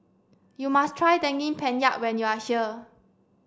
you must try Daging Penyet when you are